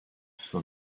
for